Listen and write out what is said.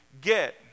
get